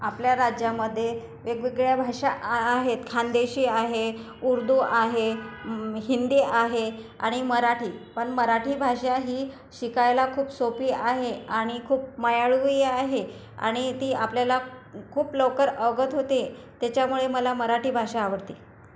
आपल्या राज्यामधे वेगवेगळ्या भाषा आ आहेत खानदेशी आहे उर्दू आहे हिंदी आहे आणि मराठी पण मराठी भाषा ही शिकायला खूप सोपी आहे आणि खूप मायाळूही आहे आणि ती आपल्याला खूप लवकर अवगत होते त्याच्यामुळे मला मराठी भाषा आवडते